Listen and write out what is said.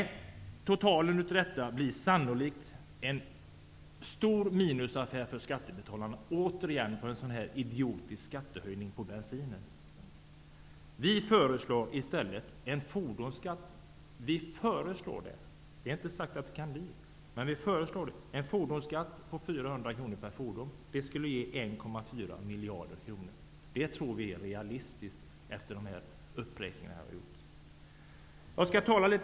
Summan av detta blir sannolikt en stor minusaffär för skattebetalarna, återigen beroende på en idiotisk bensinskattehöjning. Vi nydemokrater föreslår i stället en fordonskatt. Det är därmed inte sagt att det kan bli en sådan, men vi föreslår en fordonsskatt om 400 kr per fordon, vilket skulle ge 1,4 miljarder kronor. Att döma av de uppräkningar som jag här har gjort, tror vi att det vore realistiskt.